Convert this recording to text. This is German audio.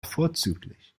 vorzüglich